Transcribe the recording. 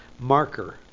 Marker